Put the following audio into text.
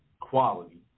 quality